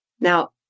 Now